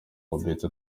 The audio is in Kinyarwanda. mobetto